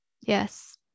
Yes